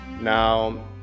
Now